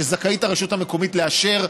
שהרשות המקומית זכאית לאשר,